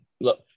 look